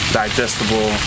digestible